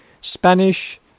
Spanish